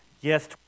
Yes